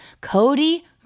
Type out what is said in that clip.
Cody